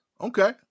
Okay